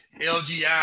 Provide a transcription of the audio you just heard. LGI